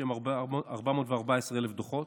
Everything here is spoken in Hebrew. שהם 414,000 דוחות,